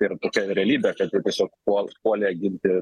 tai yra tokia realybė kad jie tiesiog puol puolė ginti